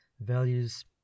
values